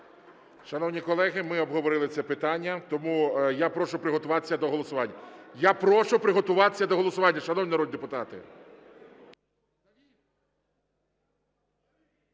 Шановні колеги, ми обговорили це питання. Тому я прошу приготуватися до голосування. Я прошу приготуватися до голосування, шановні народні депутати.